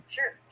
Sure